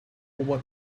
what